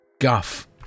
Guff